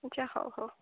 ଆଜ୍ଞା ହଉ ହଉ